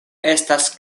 estas